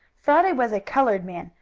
friday was a colored man,